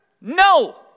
no